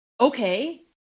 okay